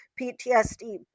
PTSD